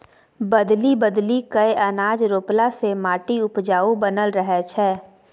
बदलि बदलि कय अनाज रोपला से माटि उपजाऊ बनल रहै छै